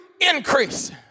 increase